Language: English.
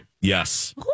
Yes